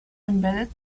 embedded